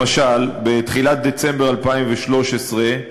למשל, בתחילת דצמבר 2013,